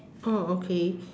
oh okay